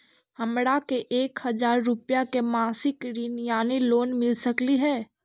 हमरा के एक हजार रुपया के मासिक ऋण यानी लोन मिल सकली हे?